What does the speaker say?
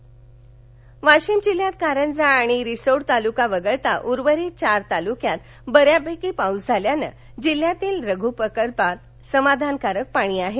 वाशिम वाशिम जिल्ह्यात कारंजा आणि रिसोड तालुका वगळता उर्वरित चार तालुक्यात बऱ्यापैकी पाऊस झाल्यानं जिल्ह्यातील लघ् प्रकल्पात समाधानकारक पाणी आहे